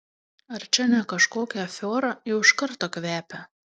ar čia ne kažkokia afiora jau iš karto kvepia